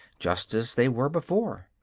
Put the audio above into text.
just as they were before.